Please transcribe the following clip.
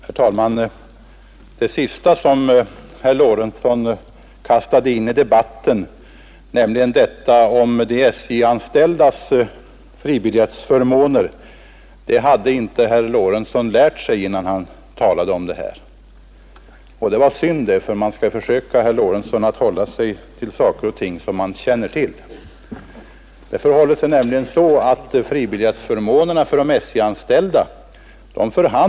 Herr talman! Det sista som kastades in i debatten om de SJ-anställdas fribiljettsförmåner hade herr Lorentzon inte lärt sig. Det var synd det, herr Lorentzon, för man skall försöka att hålla sig till sådana saker och ting som man känner till. SJ och personalorganisationerna förhandlar om fribiljettsförmånerna för de SJ-anställda.